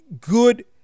good